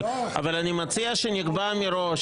אבל אני מציע שנקבע מראש